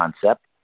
concept